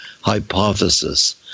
hypothesis